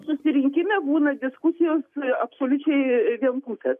susirinkime būna diskusijos absoliučiai vienpusės